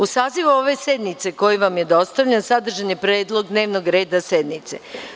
Uz Saziv ove sednice koji vam je dostavljen, sadržan je predlog dnevnog reda sednice.